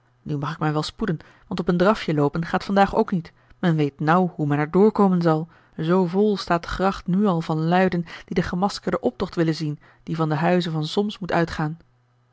nu mag ik mij wel spoeden want op een drafje loopen gaat vandaag ook niet men weet nauw hoe men er doorkomen zal zoo vol staat de gracht nu al van luiden die den gemaskerden optocht willen zien die van den huize van solms moet uitgaan